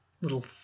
little